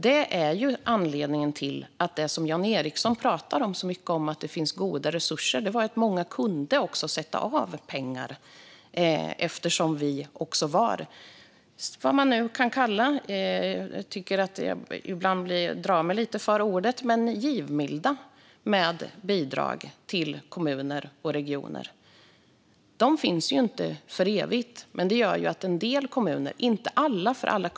Det är anledningen till att det finns goda resurser, som Jan Ericson pratar så mycket om. Många kunde sätta av pengar eftersom vi var vad man kan kalla - ibland drar jag mig lite för ordet - givmilda med bidrag till kommuner och regioner. De bidragen finns inte för evigt, men de gjorde att en del kommuner kunde sätta av pengar.